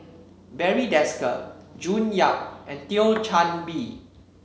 Barry Desker June Yap and Thio Chan Bee